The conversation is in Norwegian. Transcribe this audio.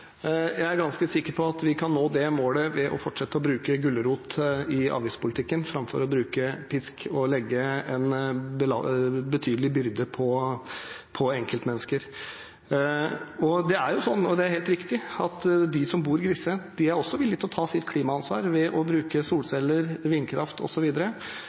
Jeg er ganske sikker på at vi kan nå det målet ved å fortsette å bruke gulrot i avgiftspolitikken framfor å bruke pisk og legge en betydelig byrde på enkeltmennesker. Det er helt riktig at de som bor grisgrendt, også er villig til å ta sitt klimaansvar ved å bruke solceller, vindkraft